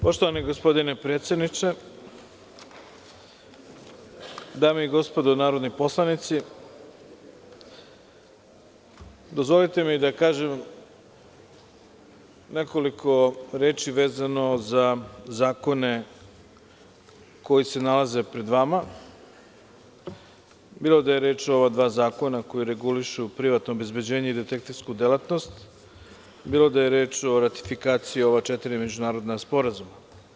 Poštovani gospodine predsedniče, dame i gospodo narodni poslanici, dozvolite mi da kažem nekoliko reči vezano za zakone koji se nalaze pred vama, bilo da je reč o ova dva zakona koji regulišu privatno obezbeđenje i detektivsku delatnost, bilo da je reč o ratifikaciji ova četiri međunarodna sporazuma.